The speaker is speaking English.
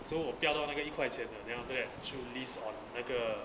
so 我标到那个一块钱 then after that 就 list on 那个